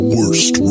Worst